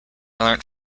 learnt